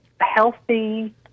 healthy